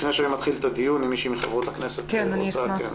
לפני שאני מתחיל את הדיון אם מישהי מחברות הכנסת רוצה לדבר.